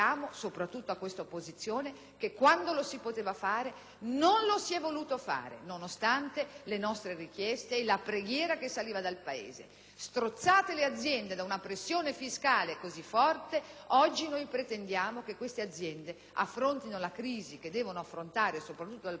che quando lo si poteva fare non lo si è voluto fare, nonostante le nostre richieste e la preghiera che saliva dal Paese. Strozzate le aziende da una pressione fiscale così forte oggi pretendiamo che queste affrontino la crisi, soprattutto dal punto di vista finanziario,